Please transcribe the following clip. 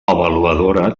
avaluadora